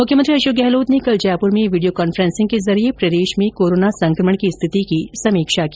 मुख्यमंत्री अशोक गहलोत ने कल जयपुर में वीडियो कांफ्रेंसिंग के जरिए प्रदेश में कोरोना संकमण की रिथति की समीक्षा की